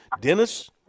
Dennis